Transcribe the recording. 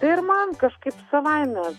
tai ir man kažkaip savaime